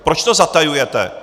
Proč to zatajujete?